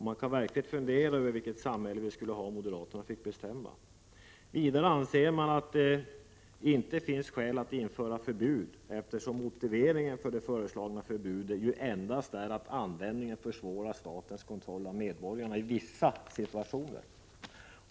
Man kan verkligen fundera över vilket samhälle vi skulle ha om moderaterna fick bestämma. Vidare anser man att det inte finns skäl att införa förbud, eftersom motiveringen för det föreslagna förbudet ju endast är att användningen försvårar statens kontroll av medborgarna i vissa situationer.